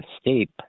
steep